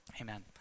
Amen